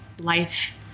life